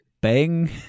bang